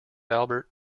albert